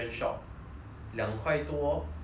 两块多三块